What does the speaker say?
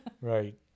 Right